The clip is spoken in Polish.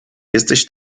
jesteś